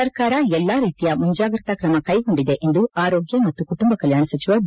ಸರಕಾರ ಎಲ್ಲಾ ರೀತಿಯ ಮುಂಜಾಗ್ರತಾ ಕ್ರಮ ಕೈಗೊಂಡಿದ ಎಂದು ಆರೋಗ್ಯ ಮತ್ತು ಕುಟುಂಬ ಕಲ್ಕಾಣ ಸಚಿವ ಬಿ